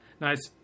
nice